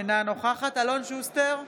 אינה נוכחת אלון שוסטר,